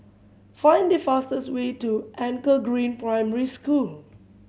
find the fastest way to Anchor Green Primary School